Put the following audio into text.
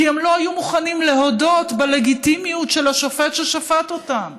כי הם לא היו מוכנים להודות בלגיטימיות של השופט ששפט אותם,